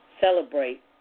celebrate